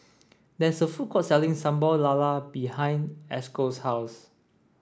there is a food court selling Sambal Lala behind Esco's house